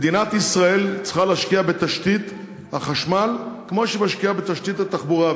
מדינת ישראל צריכה להשקיע בתשתית החשמל כמו שהיא משקיעה בתשתית התחבורה,